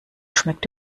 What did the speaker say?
schmeckt